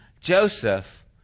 Joseph